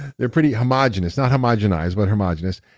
they're pretty homogenous. not homogenized, but homogenous.